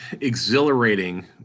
exhilarating